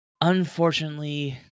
unfortunately